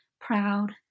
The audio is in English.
proud